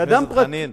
סליחה,